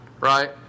right